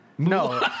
No